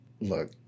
look